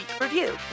Review